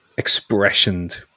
expressioned